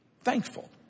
thankful